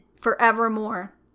forevermore